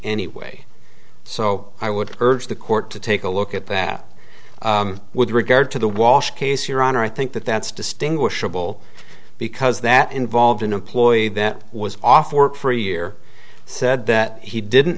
anyway so i would urge the court to take a look at that with regard to the walsh case your honor i think that that's distinguishable because that involved an employee that was off work for a year said that he didn't